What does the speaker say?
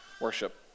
worship